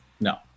no